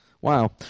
Wow